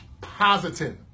positive